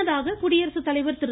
முன்னதாக குடியரசுத்தலைவர் திரு